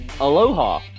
Aloha